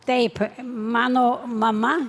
taip mano mama